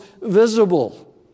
visible